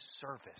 service